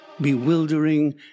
bewildering